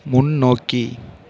முன்னோக்கி